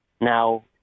Now